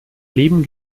leben